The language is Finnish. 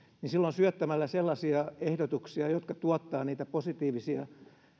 niin silloin syöttämällä sellaisia ehdotuksia jotka tuottavat niitä positiivisia